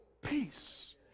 peace